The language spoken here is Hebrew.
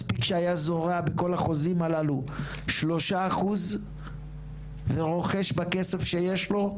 מספיק שהיה זורע בכל החוזים הללו 3% ורוכש בכסף שיש לו,